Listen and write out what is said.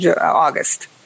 August